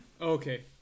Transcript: Okay